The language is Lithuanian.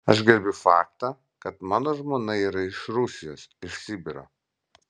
aš gerbiu faktą kad mano žmona yra iš rusijos iš sibiro